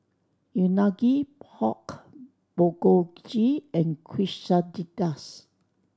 Unagi Pork Bulgogi and Quesadillas